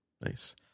nice